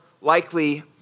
likely